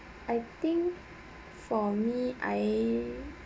I think for me I